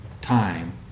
time